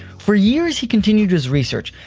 for years, he continued his research,